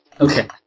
Okay